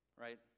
Right